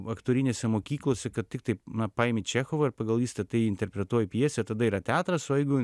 aktorinėse mokyklose kad tiktai na paėmi čechovą pagal jį statai interpretuoji pjesę tada yra teatras o jeigu